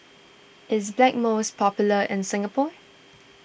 is Blackmores popular in Singapore